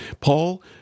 Paul